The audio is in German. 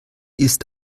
ist